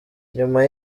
nyuma